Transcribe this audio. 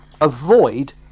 avoid